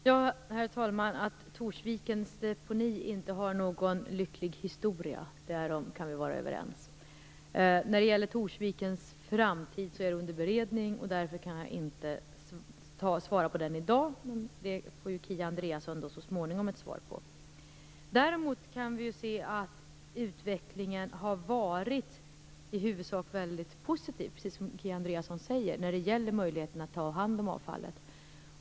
Herr talman! Vi kan vara överens om att Torsvikens deponi inte har någon lycklig historia. Torsvikens framtid är under beredning. Därför kan jag inte svara på den frågan i dag, men den får Kia Andreasson så småningom ett svar på. Däremot kan vi ju se att utvecklingen i huvudsak har varit väldigt positiv, precis som Kia Andreasson säger, när det gäller möjligheten att ta hand om avfallet.